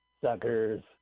Suckers